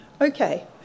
Okay